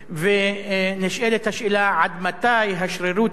ונשאלת השאלה: עד מתי השרירות הזאת